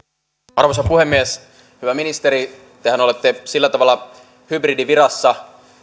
arvoisa puhemies hyvä ministeri tehän olette sillä tavalla hybridivirassa